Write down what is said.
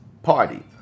Party